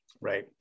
Right